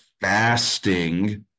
fasting